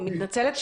אני מתנצלת,